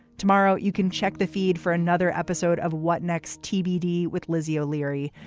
tomorrow, you can check the feed for another episode of what next tbd with lizzie o'leary.